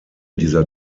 dieser